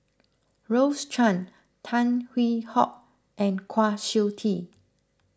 Rose Chan Tan Hwee Hock and Kwa Siew Tee